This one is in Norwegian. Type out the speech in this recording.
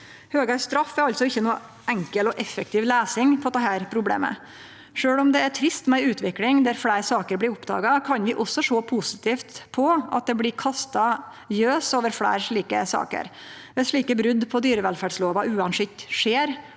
Høgare straff er altså ikkje noka enkel og effektiv løysing på dette problemet. Sjølv om det er trist med ei utvikling der fleire saker blir oppdaga, kan vi også sjå positivt på det at det blir kasta lys på fleire saker. Viss slike brot på dyrevelferdslova uansett skjer